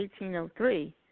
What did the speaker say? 1803